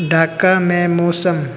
ढाका में मौसम